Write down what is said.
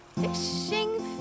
fishing